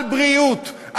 על בריאות,